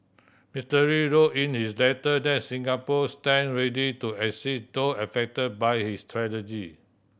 Mister Lee wrote in his letter that Singapore stand ready to assist those affect by his tragedy